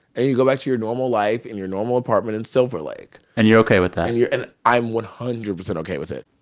and you go back to your normal life, in your normal apartment in silver lake and you're ok with that? and and i'm one hundred percent ok with it